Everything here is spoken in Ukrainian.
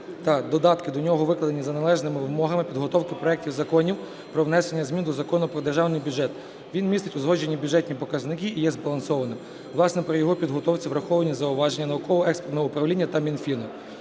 та додатки до нього викладені за належними вимогами підготовки проекті законів про внесення змін до Закону про Державний бюджет, він містить узгоджені бюджетні показники і є збалансованим. Власне, при його підготовці враховані зауваження науково-експертного управлінні та Мінфіну.